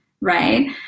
right